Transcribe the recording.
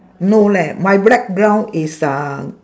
no leh my background is uh